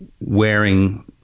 wearing